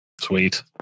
Sweet